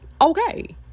okay